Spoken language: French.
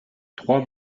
trois